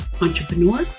entrepreneur